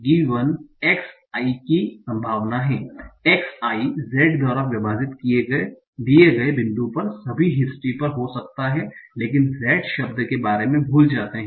x i की संभावना है x i Z द्वारा विभाजित दिए गए बिंदु पर सभी हिस्ट्री पर हो सकता है लेकिन Z शब्द के बारे में भूल जाते हैं